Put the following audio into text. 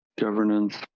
governance